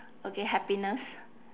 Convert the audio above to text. okay happiness